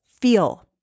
feel